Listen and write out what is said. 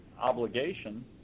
obligation